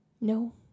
No